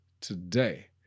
today